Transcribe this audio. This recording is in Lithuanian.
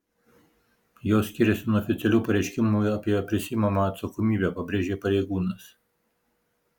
jos skiriasi nuo oficialių pareiškimų apie prisiimamą atsakomybę pabrėžė pareigūnas